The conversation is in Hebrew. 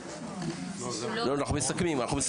הוא כבר לא שם, אנחנו מסכמים.